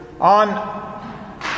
on